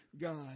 God